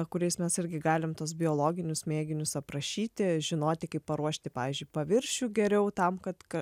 kuriais mes irgi galim tuos biologinius mėginius aprašyti žinoti kaip paruošti pavyzdžiui paviršių geriau tam kad ka